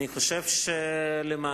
אני חושב שלמעשה,